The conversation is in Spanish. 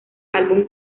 álbum